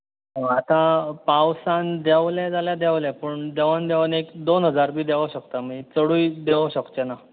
आतां पावसांत देंवलें जाल्यार देंवलें पूण देंवन देंवन एक दोन हजार बी देवूंक शकता चडूय देवूंक शकचें ना